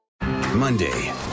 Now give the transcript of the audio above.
Monday